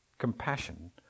Compassion